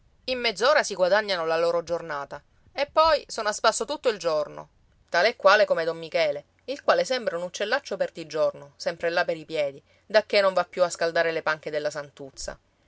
in mezz'ora si guadagnano la loro giornata e poi sono a spasso tutto il giorno tale e quale come don michele il quale sembra un uccellaccio perdigiorno sempre là per i piedi dacché non va più a scaldare le panche della santuzza